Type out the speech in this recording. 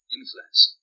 influence